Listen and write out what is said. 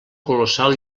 colossal